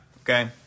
Okay